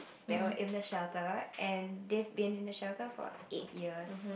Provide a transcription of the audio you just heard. that were in the shelter and they've been in the shelter for eight years